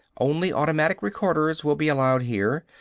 only automatic recorders will be allowed here,